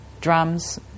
drums